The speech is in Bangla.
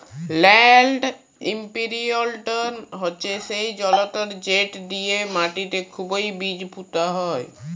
ল্যাল্ড ইমপিরিলটর হছে সেই জলতর্ যেট দিঁয়ে মাটিতে খুবই বীজ পুঁতা হয়